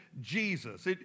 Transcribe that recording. Jesus